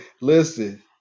listen